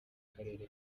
karere